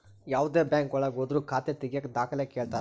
ಯಾವ್ದೇ ಬ್ಯಾಂಕ್ ಒಳಗ ಹೋದ್ರು ಖಾತೆ ತಾಗಿಯಕ ದಾಖಲೆ ಕೇಳ್ತಾರಾ